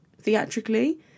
theatrically